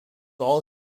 all